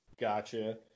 gotcha